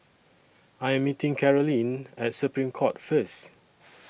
I Am meeting Karolyn At Supreme Court First